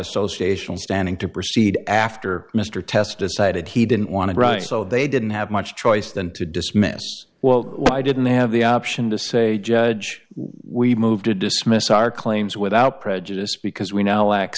associations standing to proceed after mr tests decided he didn't want to write so they didn't have much choice than to dismiss well i didn't have the option to say judge we moved to dismiss our claims without prejudice because we now